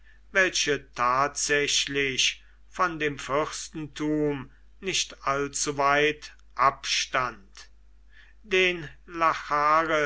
welche tatsächlich von dem fürstentum nicht allzuweit abstand den